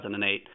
2008